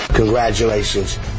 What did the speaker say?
Congratulations